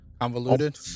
Convoluted